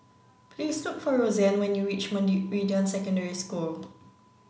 please look for Rozanne when you reach Meridian Secondary School